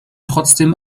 trotzdem